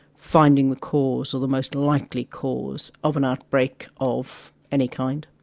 finding the cause or the most likely cause of an outbreak of any kind.